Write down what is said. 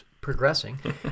progressing